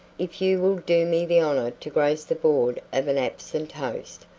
if you will do me the honor to grace the board of an absent host,